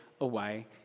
away